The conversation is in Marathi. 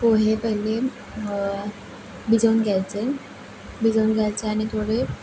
पोहे पहिले भिजवून घ्यायचे भिजवून घ्यायचे आणि थोडे